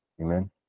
Amen